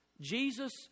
Jesus